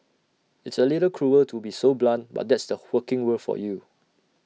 it's A little cruel to be so blunt but that's the working world for you